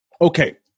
Okay